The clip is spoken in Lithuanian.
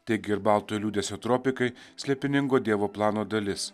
tiek ir baltojo liūdesio tropikai slėpiningo dievo plano dalis